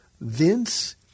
Vince